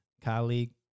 colleague